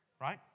Right